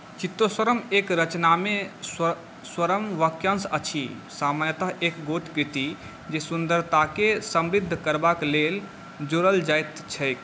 चित्तस्वरम एक रचनामे स्वरम वाक्यांश अछि सामान्यतः एक गोट कृति जे सुन्दरताकेँ समृद्ध करबाक लेल जोड़ल जाइत छैक